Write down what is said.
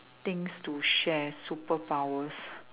things to share superpowers